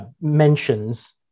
mentions